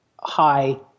high